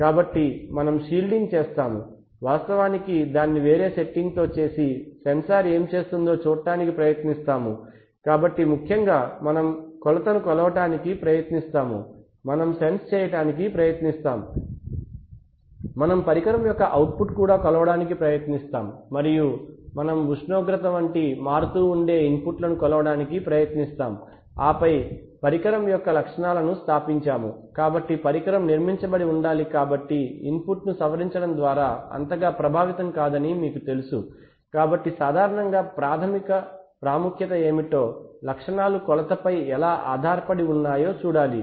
కాబట్టి మనం షీల్డింగ్ చేస్తాము వాస్తవానికి దాన్ని వేరే సెట్టింగ్ తో చేసి సెన్సార్ ఏమి చేస్తుందో చూడటానికి ప్రయత్నిస్తాము కాబట్టి ముఖ్యంగా మనం కొలతను కొలవడానికి ప్రయత్నిస్తాము మనం సెన్స్ చేయడానికి ప్రయత్నిస్తాము మేము పరికరం యొక్క అవుట్ పుట్ కూడా కొలవడానికి ప్రయత్నిస్తాము మరియు మేము ఉష్ణోగ్రత వంటి మారుతూ ఉండే ఇన్పుట్లను కొలవడానికి ప్రయత్నిస్తాము ఆపై మేము పరికరం యొక్క లక్షణాలను స్థాపించాము కాబట్టి పరికరం నిర్మించబడి ఉండాలి కాబట్టి ఇన్పుట్ను సవరించడం ద్వారా అంతగా ప్రభావితం కాదని మీకు తెలుసు కాబట్టి సాధారణంగా ప్రాధమిక ప్రాముఖ్యత ఏమిటో లక్షణాలు కొలతపై ఎలా ఆధారపడి ఉన్నాయో చూడాలి